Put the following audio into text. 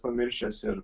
pamiršęs ir